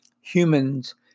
humans